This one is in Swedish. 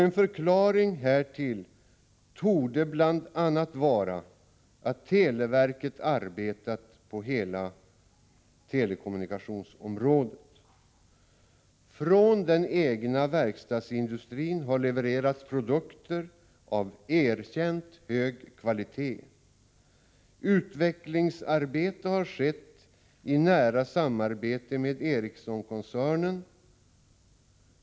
En förklaring härtill torde bl.a. vara att televerket har arbetat på hela telekommunikationsområdet. Från den egna verkstadsindustrin har levererats produkter av erkänt hög kvalitet. Utvecklingsarbetet har skett i nära samarbete med Eriessonkoncernen.